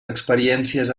experiències